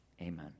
Amen